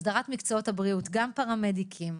הסדרת מקצועות הבריאות גם פרמדיקים,